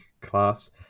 class